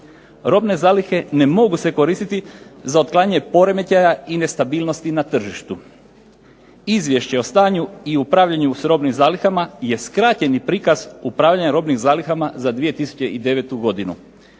Robne zalihe ne mogu se koristiti za otklanjanje poremećaja i nestabilnosti na tržištu. Izvješće o stanju i upravljanju s robnim zalihama je skraćeni prikaz upravljanja robnim zalihama za 2009. godinu.